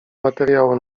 materiału